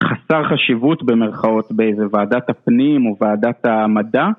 חסר חשיבות במרכאות באיזה ועדת הפנים או ועדת המדע?